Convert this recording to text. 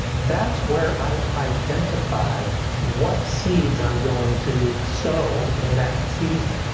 that's where i identify what seeds i'm going to sow in that season,